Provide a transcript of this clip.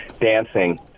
dancing